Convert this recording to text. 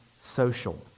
social